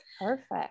Perfect